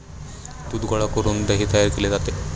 दूध गोळा करून दही तयार केले जाते